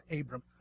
Abram